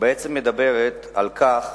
מדברת על כך